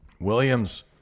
williams